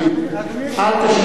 אל תשיב.